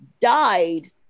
died